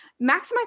maximize